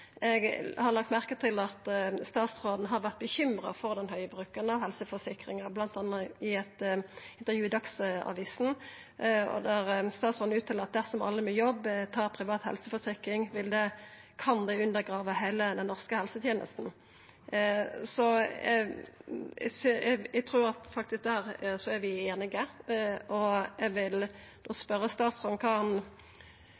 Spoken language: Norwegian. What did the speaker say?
Eg har lagt merke til at statsråden har vore bekymra for den høge bruken av helseforsikringar, bl.a. i eit intervju i Dagsavisen der statsråden seier at dersom alle med jobb tar privat helseforsikring, kan det undergrava heile den norske helsetenesta. Eg trur faktisk at der er vi einige, og eg vil